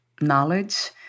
knowledge